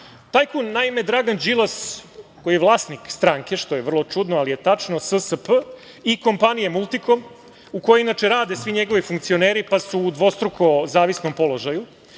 tajkun Dragan Đilas koji je vlasnik stranke, što je vrlo čudno, ali je tačno, SSP i kompanije „Multikom“, u kojoj inače rade svi njegovi funkcioneri, pa su u dvostruko zavisnom položaju,